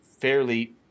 fairly –